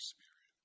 Spirit